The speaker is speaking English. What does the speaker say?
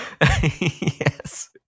Yes